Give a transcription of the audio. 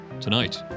Tonight